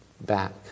back